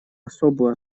особую